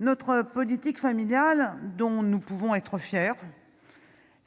notre politique familiale dont nous pouvons être fiers